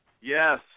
Yes